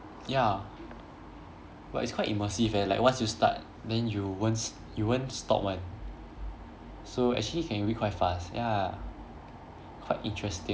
ya but it's quite immersive eh like once you start then you won't s~ you won't stop [one] so actually can read quite fast ya quite interesting